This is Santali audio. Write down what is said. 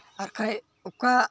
ᱟᱨᱠᱷᱟᱡ ᱚᱠᱟ